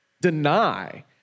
deny